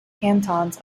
cantons